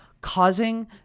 causing